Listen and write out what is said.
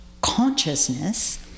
consciousness